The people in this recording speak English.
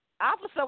Officer